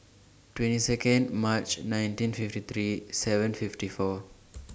twenty seconde March nineteen fifty three seven fifty four